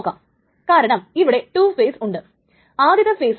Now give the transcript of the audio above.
logical time ആണ്